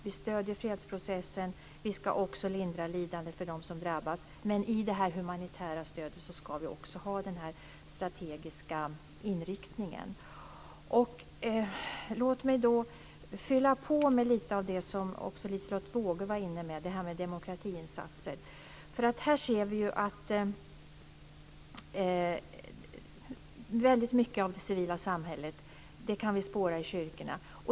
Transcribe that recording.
Vi stöder fredsprocessen och vi ska också lindra lidandet för dem som drabbas. Men i det humanitära stödet ska vi också ha den strategiska inriktningen. Låt mig fylla på med lite av det som Liselotte Wågö var inne på. Det gäller demokratiinsatser. Där ser vi att vi kan spåra väldigt mycket av det civila samhället i kyrkorna.